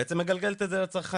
בעצם מגלגלת את זה אל הצרכן,